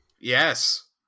Yes